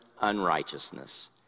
unrighteousness